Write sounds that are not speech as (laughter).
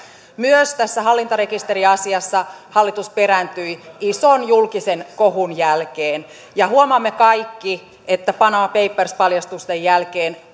myös tässä hallintarekisteriasiassa hallitus perääntyi ison julkisen kohun jälkeen huomaamme kaikki että panama papers paljastusten jälkeen (unintelligible)